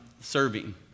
serving